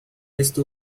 estou